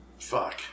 Fuck